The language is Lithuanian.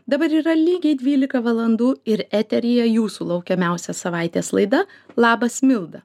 dabar yra lygiai dvylika valandų ir eteryje jūsų laukiamiausia savaitės laida labas milda